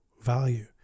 value